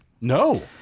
No